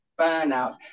burnout